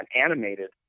animated